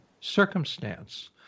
circumstance